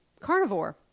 carnivore